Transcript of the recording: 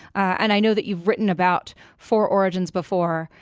and i know that you've written about for origins before,